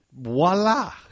voila